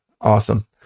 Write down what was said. Awesome